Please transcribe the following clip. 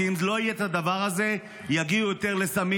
כי אם לא יהיה את הדבר הזה יותר יגיעו לסמים,